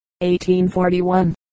1841